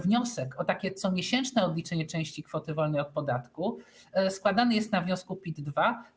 Wniosek o takie comiesięczne odliczenie części kwoty wolnej od podatku składany jest na druku PIT-2.